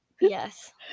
yes